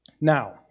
Now